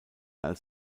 als